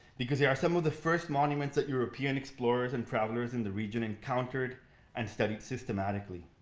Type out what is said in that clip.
because there are some of the first monuments that european explorers and travelers in the region encountered and studied systematically.